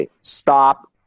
stop